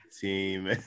team